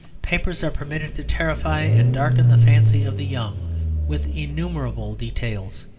papers are permitted to terrify and darken the fancy of the young with innumerable details,